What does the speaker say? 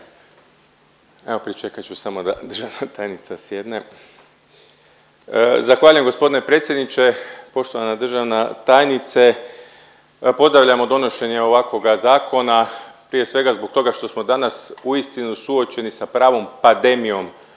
Evo pričekat ću samo da državna tajnica sjedne. Zahvaljujem gospodine predsjedniče. Poštovana državna tajnice, pozdravljamo donošenje ovakvoga zakona. Prije svega zbog toga što smo danas uistinu suočeni sa pravom pandemijom